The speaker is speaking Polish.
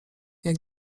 jak